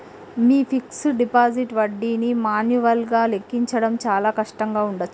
మీ fixed deposit వడ్డీని మాన్యువల్గా లెక్కించడం చాలా కష్టంగా ఉండచ్చు